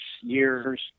years